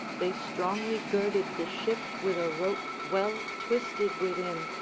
they strongly girded the ship with a rope well twisted within,